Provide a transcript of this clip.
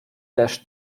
też